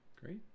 Great